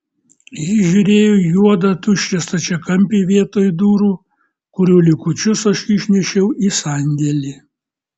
ji žiūrėjo į juodą tuščią stačiakampį vietoj durų kurių likučius aš išnešiau į sandėlį